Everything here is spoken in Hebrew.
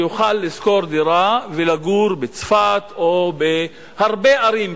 יוכל לשכור דירה ולגור בצפת או בהרבה ערים.